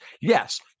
Yes